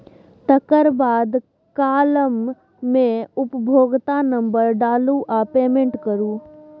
तकर बाद काँलम मे उपभोक्ता नंबर डालु आ पेमेंट करु